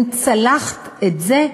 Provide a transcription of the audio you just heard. אם צלחת את זה,